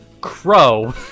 Crow